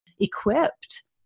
equipped